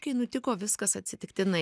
kai nutiko viskas atsitiktinai